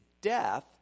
death